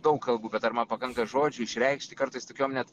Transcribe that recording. daug kalbu bet ar man pakanka žodžių išreikšti kartais tokiom net